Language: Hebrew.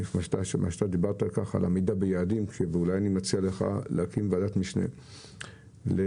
דיברת על עמידה ביעדים ואני מציע לך להקים וועדת משנה לצמצום.